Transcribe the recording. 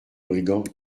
brigand